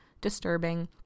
disturbing